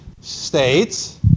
states